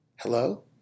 Hello